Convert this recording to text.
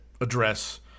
address